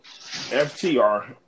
FTR